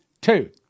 Two